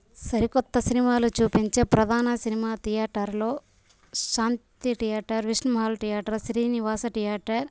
సరికొత్త సినిమాలు చూపించే ప్రధాన సినిమా థియేటర్లు Shanti theatre Vishnu Mall theatre Srinivasa theatre